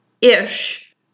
ish